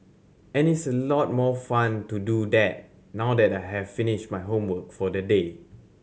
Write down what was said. and it is a lot more fun to do that now that I have finished my homework for the day